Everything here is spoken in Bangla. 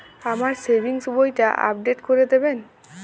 আমার সেভিংস বইটা আপডেট করে দেবেন?